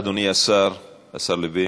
אדוני השר, השר לוין,